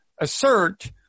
assert